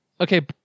okay